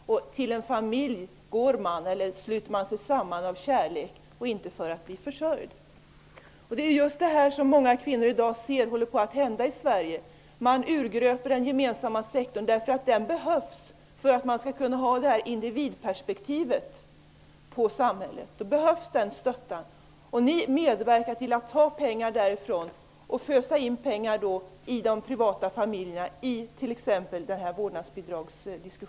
Man sluter sig samman i en familj av kärlek, inte för att bli försörjd. Det är just detta som många kvinnor inser håller på att hända i Sverige. Den gemensamma sektorn urgröps, därför att den behövs som en stötta för att man skall kunna ha individperspektivet när det gäller samhället. Ni medverkar till att pengar tas därifrån. Pengarna föses i stället in i de privata familjerna. Det framgår t.ex. av diskussionen om vårdnadsbidraget.